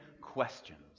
questions